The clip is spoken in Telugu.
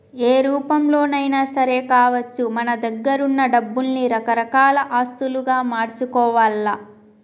ఏ రూపంలోనైనా సరే కావచ్చు మన దగ్గరున్న డబ్బుల్ని రకరకాల ఆస్తులుగా మార్చుకోవాల్ల